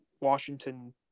Washington